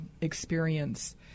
experience